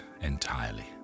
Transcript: entirely